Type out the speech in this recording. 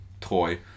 toy